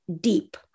deep